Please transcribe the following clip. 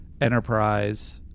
Enterprise